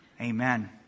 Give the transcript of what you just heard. Amen